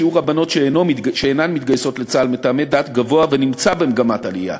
שיעור הבנות שאינן מתגייסות לצה"ל מטעמי דת גבוה ונמצא במגמת עלייה.